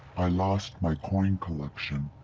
i lost my coin collection.